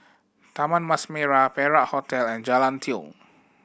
Taman Mas Merah Perak Hotel and Jalan Tiong